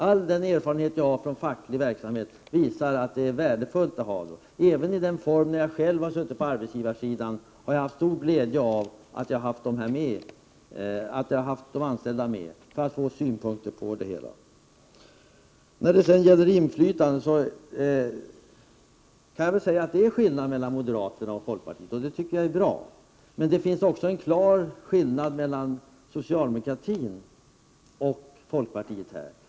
All den erfarenhet jag har från facklig verksamhet visar att det är värdefullt att de finns. Även när jag själv har suttit på arbetsgivarsidan har jag haft stor glädje av att ha de anställda med och få deras synpunkter på det hela. När det gäller inflytandet kan jag säga att det är skillnad mellan moderaterna och folkpartiet, och det tycker jag är bra. Men det finns också Prot. 1988/89:45 en klar skillnad mellan socialdemokratin och folkpartiet på den här punkten.